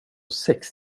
sex